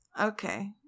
Okay